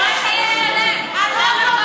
ואם לא ניתן להם יום חופש הם לא,